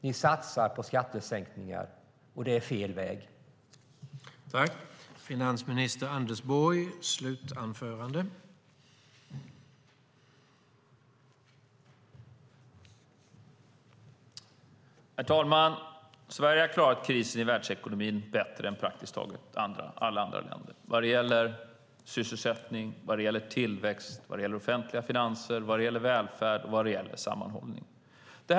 Ni satsar på skattesänkningar, och det är fel väg att gå.